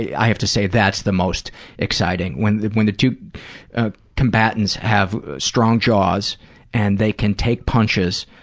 i have to say, that's the most exciting. when when the two ah combatants have strong jaws and they can take punches,